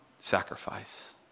sacrifice